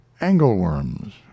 angleworms